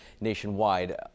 nationwide